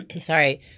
sorry